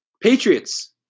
Patriots